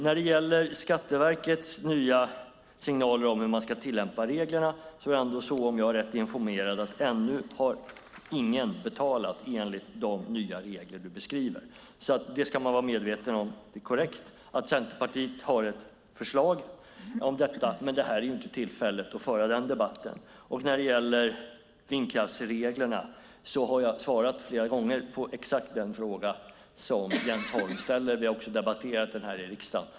När det gäller Skatteverkets nya signaler om hur man ska tillämpa reglerna är det ändå så, om jag är rätt informerad, att ingen ännu har betalat enligt de nya regler som du beskriver. Det ska man vara medveten om. Det är korrekt att Centerpartiet har ett förslag om detta. Men nu är inte tillfället att föra den debatten. Beträffande vindkraftsreglerna har jag flera gånger svarat på exakt den fråga som Jens Holm ställer, och vi har också debatterat frågan här i riksdagen.